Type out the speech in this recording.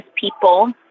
people